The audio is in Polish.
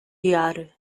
jary